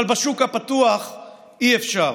אבל בשוק הפתוח אי-אפשר?